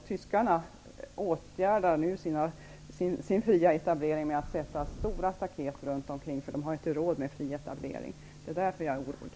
Tyskarna åtgärdar nu fri etablering genom att sätta stora staket omkring den, därför att de inte har råd med fri etablering. Det är därför jag är orolig.